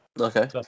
Okay